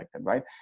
right